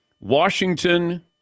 Washington